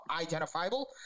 identifiable